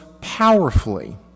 powerfully